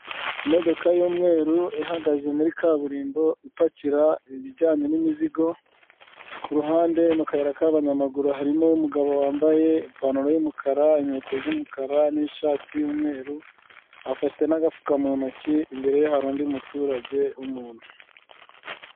Imodoka y'umweru ihagaze muri kaburimbo ipakira ibijyanye n'imizigo kuruhande mu kayira k'abanyamaguru harimo umugabo wambaye ipantaro y'umukara, inkweto z'umukara n'ishati y'umweru, afite n'agafuka mu ntoki imbere hari undi muturage w'umuntu.